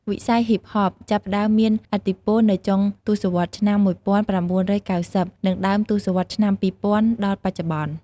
វិស័យហ៊ីបហប ចាប់ផ្តើមមានឥទ្ធិពល នៅចុងទសវត្សរ៍ឆ្នាំ ១៩៩០ និងដើមទសវត្សរ៍ឆ្នាំ២០០០ដល់បច្ចុប្បន្ន។